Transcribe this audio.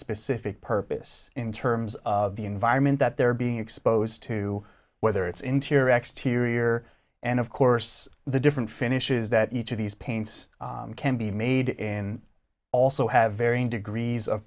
specific purpose in terms of the environment that they're being exposed to whether it's interior exteriors and of course the different finishes that each of these paints can be made in also have varying degrees of